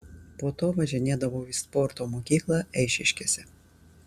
po to važinėdavau į sporto mokyklą eišiškėse